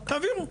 תעבירו.